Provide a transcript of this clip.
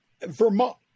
Vermont